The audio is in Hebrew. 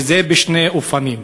וזה בשני אופנים: